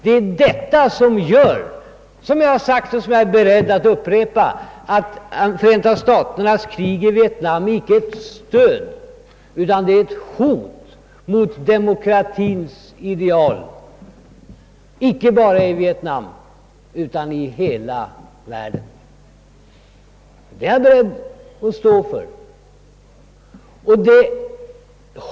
Det är detta som gör — det har jag sagt tidigare och är beredd att upprepa — att Förenta staternas krig i Vietnam icke är ett stöd för utan ett hot mot demokratins ideal, inte bara i Vietnam utan i hela världen. Detta uttalande är jag beredd att stå för.